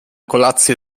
kolację